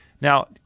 Now